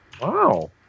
Wow